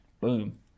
Boom